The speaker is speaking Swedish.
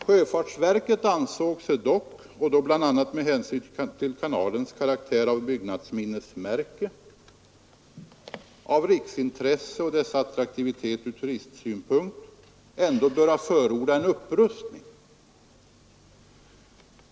Sjöfartsverket ansåg sig dock, bl.a. med hänsyn till kanalens karaktär av byggnadsminnesmärke, riksintresse och dess attraktivitet ur turistsynpunkt, ändå böra förorda en upprustning.